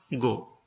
go